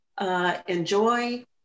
enjoy